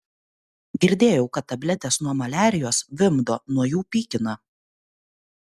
girdėjau kad tabletės nuo maliarijos vimdo nuo jų pykina